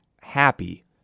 happy